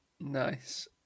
Nice